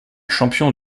champions